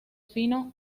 fino